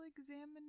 examination